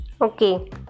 okay